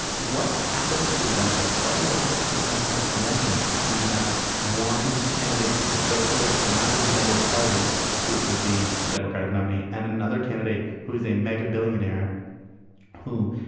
what happens to the democratic party? what happens to the democratic convention when you have one candidate who's a socialist and not even a member of the party who could be the democratic nominee and another candidate who is a mega billionaire who